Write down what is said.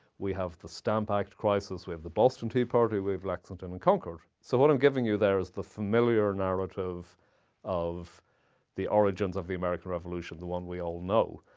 we have the stamp act crisis. we have the boston tea party. we have lexington and concord. so what i'm giving you there is the familiar narrative of the origins of the american revolution the one we all know.